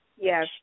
Yes